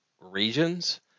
regions